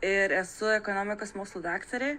ir esu ekonomikos mokslų daktarė